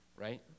right